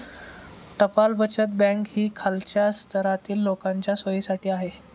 टपाल बचत बँक ही खालच्या स्तरातील लोकांच्या सोयीसाठी आहे